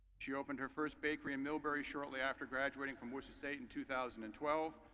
she opened her first bakery and milbury shortly after graduating from worcester state in two thousand and twelve.